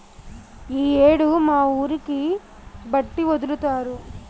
ఈ యేడు మా ఊరికి బట్టి ఒదులుతారు